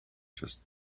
just